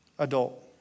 adult